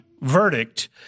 verdict